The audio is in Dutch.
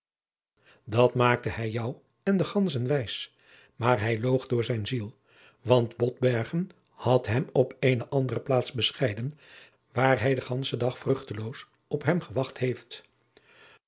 dat maakte hij jou en de ganzen wijs maar hij loog door zijn ziel want botbergen had hem op eene andere plaats bescheiden waar hij den gandschen dag vruchteloos op hem gewacht heeft